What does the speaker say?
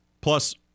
Plus